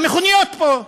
המכוניות פה,